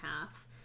half